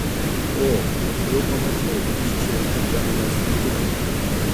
o jau pamačiau kyščiojantį demono snukutį